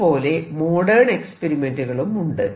ഇതുപോലെ മോഡേൺ എക്സ്പെരിമെന്റുകളും ഉണ്ട്